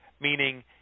meaning